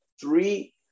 three-